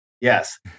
Yes